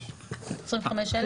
25,000,